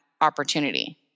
opportunity